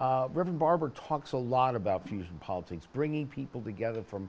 than barber talks a lot about politics bringing people together from